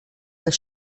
das